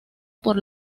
por